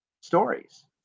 stories